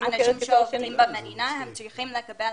שהאנשים במדינה צריכים לקבל